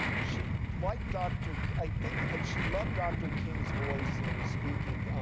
she liked dr, i think and she loved dr. king's voice and his speaking.